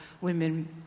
women